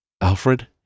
Alfred